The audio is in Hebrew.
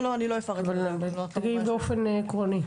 תגידי באופן עקרוני.